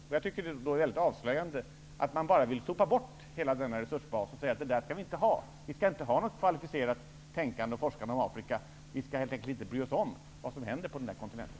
Det är mycket avslöjande att man vill sopa bort hela denna resurs och att man säger att vi skall ha en sådan. Vi skall inte ha något kvalificerat tänkande och forskande om Afrika. Vi skall helt enkelt inte bry oss om vad som händer på den kontinenten.